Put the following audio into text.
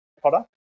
product